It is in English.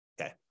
Okay